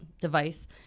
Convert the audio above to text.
device